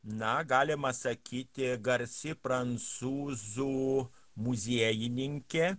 na galima sakyti garsi prancūzų muziejininkė